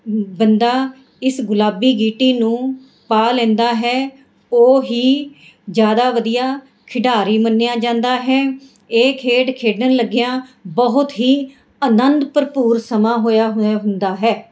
ਬੰਦਾ ਇਸ ਗੁਲਾਬੀ ਗੀਟੀ ਨੂੰ ਪਾ ਲੈਂਦਾ ਹੈ ਉਹ ਹੀ ਜ਼ਿਆਦਾ ਵਧੀਆ ਖਿਡਾਰੀ ਮੰਨਿਆ ਜਾਂਦਾ ਹੈ ਇਹ ਖੇਡ ਖੇਡਣ ਲੱਗਿਆ ਬਹੁਤ ਹੀ ਅਨੰਦ ਭਰਪੂਰ ਸਮਾਂ ਹੋਇਆ ਹੋਇਆ ਹੁੰਦਾ ਹੈ